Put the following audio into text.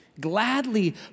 Gladly